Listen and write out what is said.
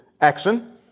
action